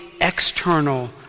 external